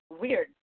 weird